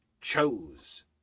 chose